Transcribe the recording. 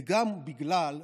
וגם בגלל,